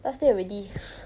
last day already